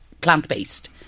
plant-based